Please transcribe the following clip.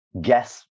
guess